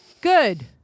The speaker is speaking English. Good